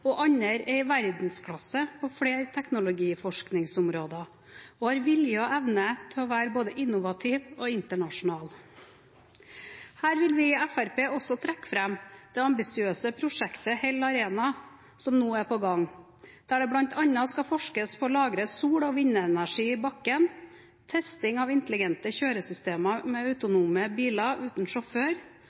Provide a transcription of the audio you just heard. og andre er i verdensklasse på flere teknologiforskningsområder og har vilje og evne til å være både innovative og internasjonale. Her vil vi i Fremskrittspartiet også trekke fram det ambisiøse prosjektet Hell Arena som nå er på gang, der det bl.a. skal forskes på å lagre sol- og vindenergi i bakken, testing av intelligente kjøresystemer med autonome biler uten sjåfør,